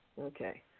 Okay